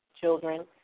children